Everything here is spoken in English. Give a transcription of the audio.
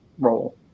role